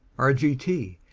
r. g. t.